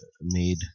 made